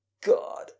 god